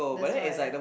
that's why